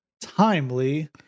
timely